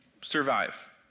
survive